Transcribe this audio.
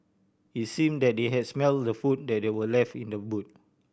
it's seemed that they had smelt the food that they were left in the boot